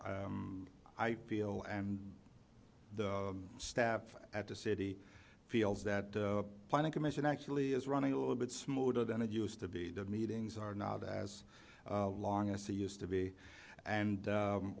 chair i feel and the staff at the city feels that the planning commission actually is running a little bit smoother than it used to be the meetings are not as long as they used to be and